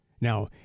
Now